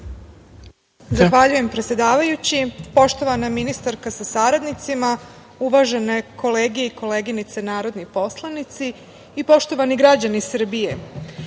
Zahvaljujem predsedavajući. Poštovana ministarka sa saradnicima, uvažene kolege i koleginice narodni poslanici, poštovani građani Srbije,